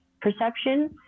perception